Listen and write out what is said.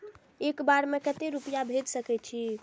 एक बार में केते रूपया भेज सके छी?